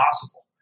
possible